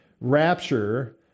rapture